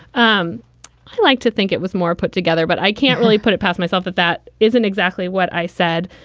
um i like to think it was more put together, but i can't really put it past myself that that isn't exactly what i said.